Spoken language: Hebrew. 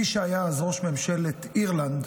מי שהיה אז ראש ממשלת אירלנד